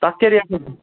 تَتھ کیٛاہ